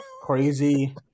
Crazy